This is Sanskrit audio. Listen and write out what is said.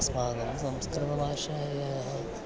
अस्माकं संस्कृतभाषायाः